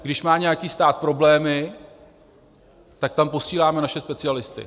Když má nějaký stát problémy, tak tam posíláme naše specialisty.